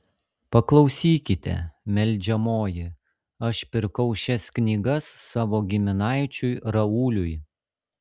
paklausykite meldžiamoji aš pirkau šias knygas savo giminaičiui rauliui